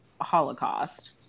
Holocaust